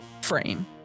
frame